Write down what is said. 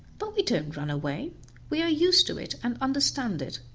but we don't run away we are used to it, and understand it,